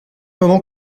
moment